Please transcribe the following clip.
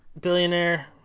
Billionaire